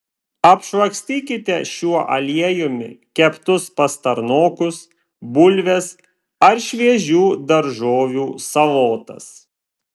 apšlakstykite šiuo aliejumi keptus pastarnokus bulves ar šviežių daržovių salotas